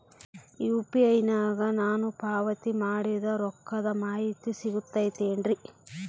UPI ನಾಗ ನಾನು ಪಾವತಿ ಮಾಡಿದ ರೊಕ್ಕದ ಮಾಹಿತಿ ಸಿಗುತೈತೇನ್ರಿ?